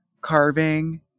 carving